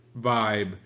vibe